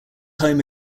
home